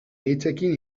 hitzekin